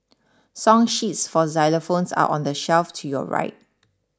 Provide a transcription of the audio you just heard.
song sheets for xylophones are on the shelf to your right